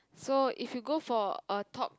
so if you go for a talk